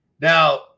Now